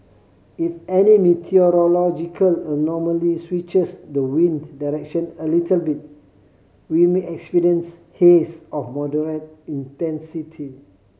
if any meteorological anomaly switches the wind direction a little bit we may experience haze of moderate intensity